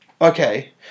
Okay